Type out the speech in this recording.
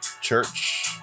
Church